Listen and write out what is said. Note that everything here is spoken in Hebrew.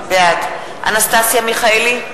בעד אנסטסיה מיכאלי,